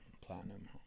platinum